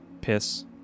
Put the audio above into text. piss